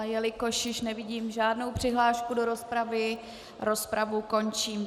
Jelikož již nevidím žádnou přihlášku do rozpravy, rozpravu končím.